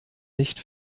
nicht